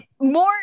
more